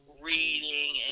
reading